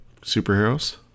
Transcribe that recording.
superheroes